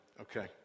okay